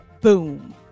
Boom